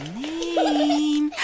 name